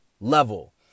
level